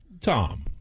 Tom